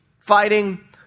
fighting